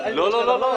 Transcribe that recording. לא, לא.